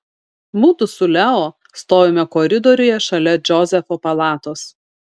mudu su leo stovime koridoriuje šalia džozefo palatos